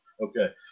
Okay